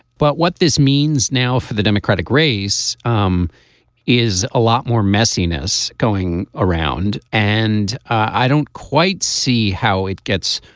but what this means now for the democratic race um is a lot more messiness going around. and i don't quite see how it gets